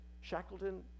Shackleton